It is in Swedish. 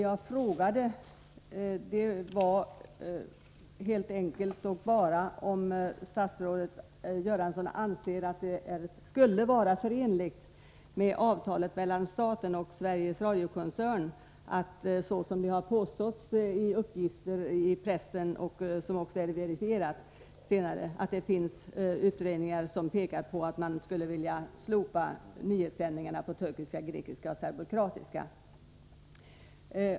Jag frågade bara helt enkelt om statsrådet Göransson anser att det skulle vara förenligt med avtalet mellan staten och Sveriges Radio-koncernen, såsom det har påståtts i pressen och som senare har verifierats, att det finns utredningar som pekar på att man skulle vilja slopa nyhetssändningarna på turkiska, grekiska och serbokroatiska.